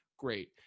Great